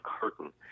curtain